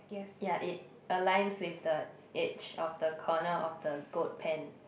ya it aligns with the edge of the corner of the goat pent